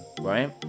right